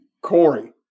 Corey